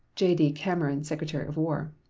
j d. cameron, secretary of war.